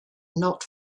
not